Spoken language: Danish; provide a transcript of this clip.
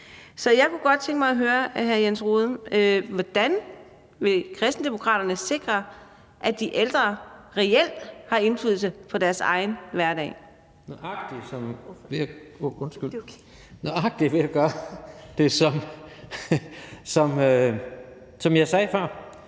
Så jeg kunne godt tænke mig at høre af hr. Jens Rohde: Hvordan vil Kristendemokraterne sikre, at de ældre reelt har indflydelse på deres egen hverdag? Kl. 20:25 Jens Rohde (KD): Nøjagtig ved at gøre det, som jeg sagde før,